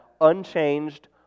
unchanged